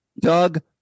doug